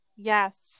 Yes